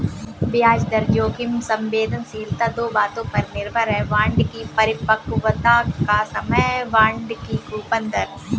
ब्याज दर जोखिम संवेदनशीलता दो बातों पर निर्भर है, बांड की परिपक्वता का समय, बांड की कूपन दर